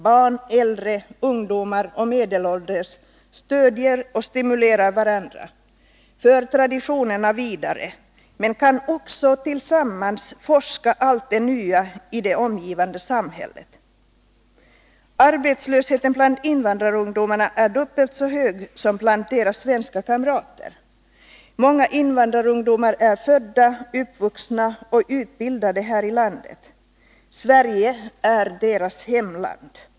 Barn, äldre, ungdomar och medelålders stödjer och stimulerar varandra, för traditionerna vidare, men kan också tillsammans forska beträffande allt det nya i det omgivande samhället. Arbetslösheten bland invandrarungdomarna är dubbelt så hög som bland svenska kamrater. Många invandrarungdomar är födda, uppvuxna och utbildade här i landet. Sverige är deras hemland.